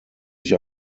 ich